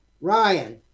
Ryan